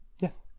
yes